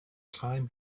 time